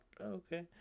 okay